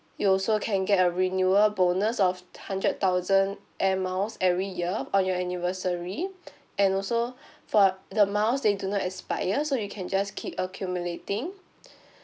you also can get a renewal bonus of hundred thousand air miles every year on your anniversary and also for the miles they do not expire so you can just keep accumulating